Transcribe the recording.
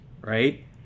right